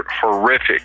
horrific